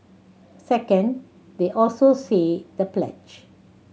second they also say the pledge